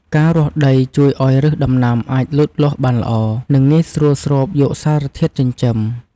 ការរាស់ដីជួយឱ្យឫសដំណាំអាចលូតលាស់បានល្អ និងងាយស្រួលស្រូបយកសារធាតុចិញ្ចឹម។